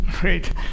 Great